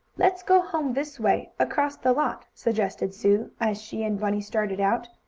let's go home this way, across the lot, suggested sue, as she and bunny started out.